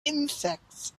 insects